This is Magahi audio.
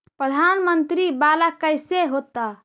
प्रधानमंत्री मंत्री वाला कैसे होता?